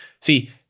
See